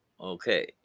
okay